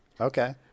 Okay